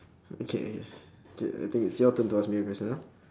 okay K I think it's your turn to ask me a question ah